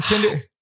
Tinder